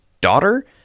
daughter